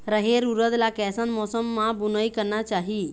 रहेर उरद ला कैसन मौसम मा बुनई करना चाही?